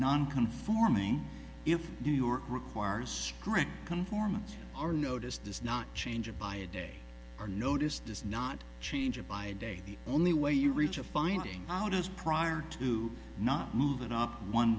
non conforming if new york requires strict conformity our notice does not change it by a day or notice does not change it by a date the only way you reach a finding out is prior to not move it up one